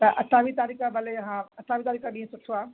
त अठावीह तारीख़ भले हा अठावीह तारीख़ ॾींहुं सुठो आहे